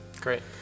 Great